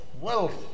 wealth